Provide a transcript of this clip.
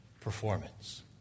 performance